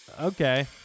Okay